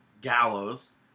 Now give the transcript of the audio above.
Gallows